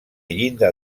llinda